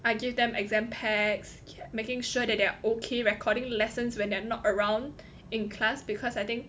I give them exam packs making sure that they are okay recording lessons when they're not around in class because I think